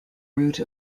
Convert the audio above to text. route